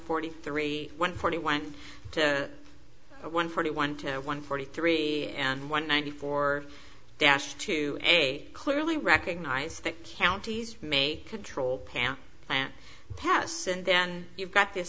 forty three one forty one to one forty one to one forty three and one ninety four dash to a clearly recognize that counties may control panel plant pests and then you've got this